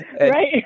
Right